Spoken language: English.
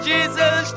Jesus